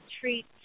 treat